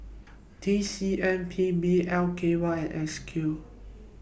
T C M P B L K Y S Q